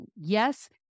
Yes